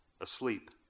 asleep